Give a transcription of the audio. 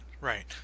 right